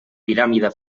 piràmide